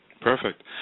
Perfect